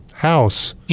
house